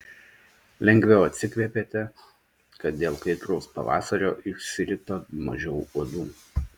lengviau atsikvėpėte kad dėl kaitraus pavasario išsirito mažiau uodų